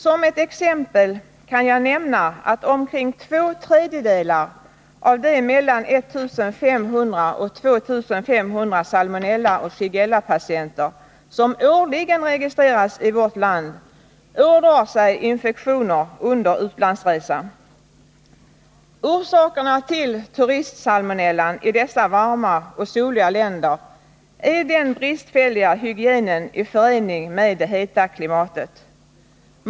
Som ett exempel kan jag nämna att omkring två tredjedelar av de mellan 1500 och 2500 salmonellaoch shigellapatienter som årligen registreras i vårt land ådrar sig infektioner under utlandsresa. Orsakerna till ”turistsalmonellan” i dessa varma och soliga länder är den bristfälliga hygienen i förening med det heta klimatet.